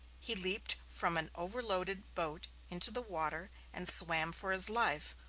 he leaped from an overloaded boat into the water and swam for his life,